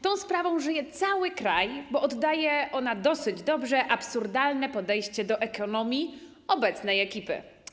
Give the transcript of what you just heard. Tą sprawą żyje cały kraj, bo oddaje ona dosyć dobrze absurdalne podejście do ekonomii obecnej ekipy.